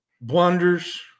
blunders